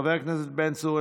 חבר הכנסת בן צור,